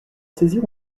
saisir